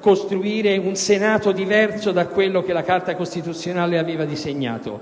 costruire un Senato diverso da quello che la Carta costituzionale aveva disegnato,